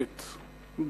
דממה,